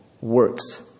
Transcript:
works